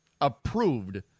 approved